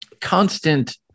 constant